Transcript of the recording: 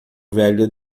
velho